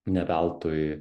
ne veltui